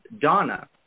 Donna